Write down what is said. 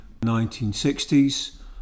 1960s